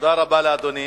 תודה רבה לאדוני.